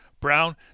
Brown